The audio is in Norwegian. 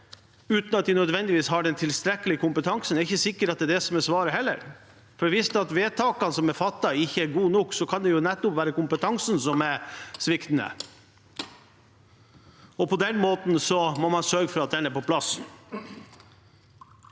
uten at de nødvendigvis har den tilstrekkelige kompetansen – det er ikke sikkert det er det som er svaret heller. Hvis vedtakene som er fattet, ikke er gode nok, kan det nettopp være kompetansen som er sviktende, og da må man sørge for at den er på plass.